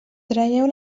traieu